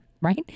right